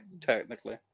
technically